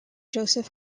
joseph